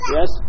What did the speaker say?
Yes